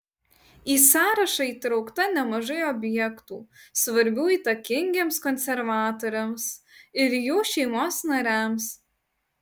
į sąrašą įtraukta nemažai objektų svarbių įtakingiems konservatoriams ir jų šeimos nariams